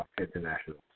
international